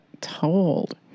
told